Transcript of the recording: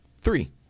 Three